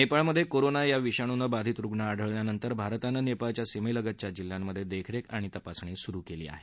नेपाळमध्ये कोरोना या विषाणूनं बाधित रुग्ण आढळल्यानंतर भारतानं नेपाळच्या सीमेलगतच्या जिल्ह्यांमध्ये देखरेख आणि तपासणी सुरु केली आहे